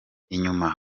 inyuma